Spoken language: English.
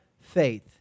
faith